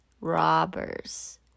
robbers